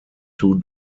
two